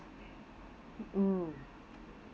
mm